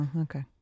okay